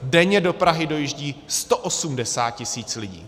Denně do Prahy dojíždí 180 tisíc lidí.